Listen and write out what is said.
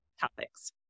topics